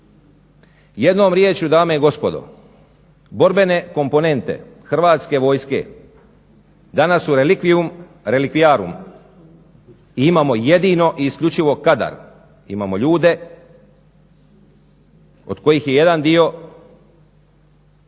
Jednom rječju dame i gospodo, borbene komponente Hrvatske vojske danas su relikvijum relikviarum i imamo jedino i isključivo kadar, imamo ljude od kojih je jedan dio